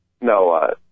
no